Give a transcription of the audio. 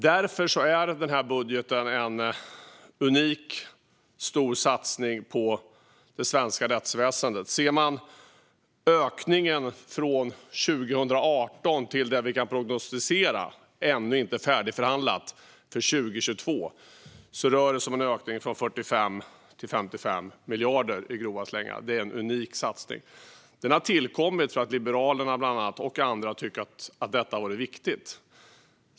Därför är den här budgeten en unikt stor satsning på det svenska rättsväsendet. Från 2018 och så långt vi kan prognostisera - det är ännu inte färdigförhandlat för 2022 - rör det sig om en ökning från 45 till 55 miljarder i grova slängar. Det är en unik satsning som har tillkommit för att Liberalerna och andra tycker att detta har varit viktigt.